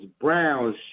Browns